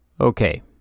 Okay